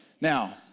Now